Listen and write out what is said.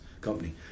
company